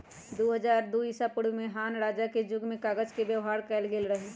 दू हज़ार दू ईसापूर्व में हान रजा के जुग में कागज के व्यवहार कएल गेल रहइ